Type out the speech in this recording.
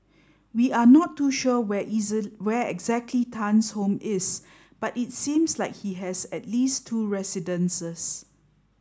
we are not too sure where where exactly Tan's home is but it seems like he has at least two residences